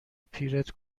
پیرت